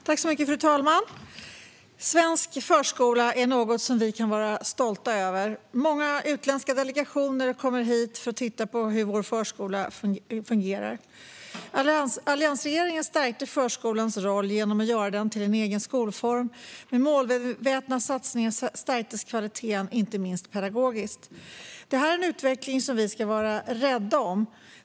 Fru talman! Svensk förskola är något vi kan vara stolta över. Många utländska delegationer kommer hit för att titta på hur vår förskola fungerar. Alliansregeringen stärkte förskolans roll genom att göra den till en egen skolform. Med målmedvetna satsningar stärktes kvaliteten, inte minst pedagogiskt. Det är en utveckling som vi ska vara rädda om.